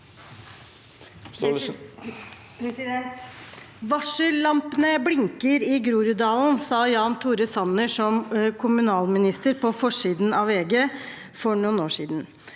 Varsellam- pene blinker i Groruddalen, sa Jan Tore Sanner som kommunalminister – det sto på forsiden av VG for noen år siden.